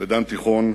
ודן תיכון,